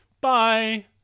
Bye